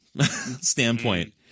standpoint